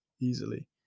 easily